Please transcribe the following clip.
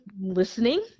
listening